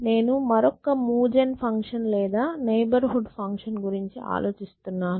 నేను మరొక మూవ్ జెన్ ఫంక్షన్ లేదా నైబర్ హుడ్ ఫంక్షన్ గురించి ఆలోచిస్తున్నాను